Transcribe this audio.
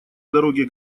дороге